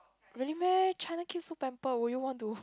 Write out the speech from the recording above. really meh China kids so pamper will you want to